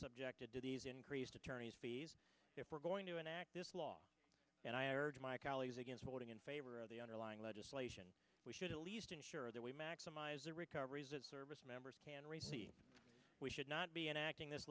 subjected to these increased attorney's fees if we're going to enact this law and i urge my colleagues against voting in favor of the underlying legislation we should at least ensure that we maximize the recoveries that service members can receive we should not be enacting this